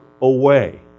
away